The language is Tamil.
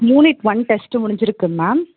யூனிட் ஒன் டெஸ்ட்டு முடிஞ்சுருக்கு மேம்